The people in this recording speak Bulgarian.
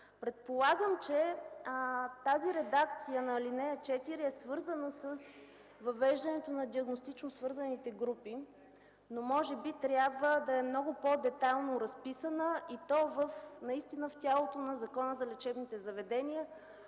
Предполагам, че тази редакция на ал. 4 е свързана с въвеждането на диагностично свързаните групи, но може би трябва да е много по-детайлно разписана, и то наистина в тялото на Закона за лечебните заведения,